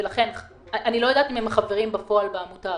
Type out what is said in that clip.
אני לא יודעת אם הם חברים בפועל בעמותה.